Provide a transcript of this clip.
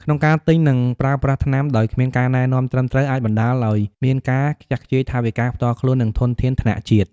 ក្នុងការទិញ និងប្រើប្រាស់ថ្នាំដោយគ្មានការណែនាំត្រឹមត្រូវ អាចបណ្ដាលឱ្យមានការខ្ជះខ្ជាយថវិកាផ្ទាល់ខ្លួន និងធនធានថ្នាក់ជាតិ។